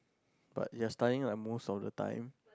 but it has study like most of the time